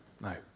no